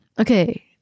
okay